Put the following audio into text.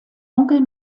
onkel